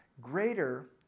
greater